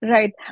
Right